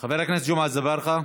חבר הכנסת ג'מעה אזברגה,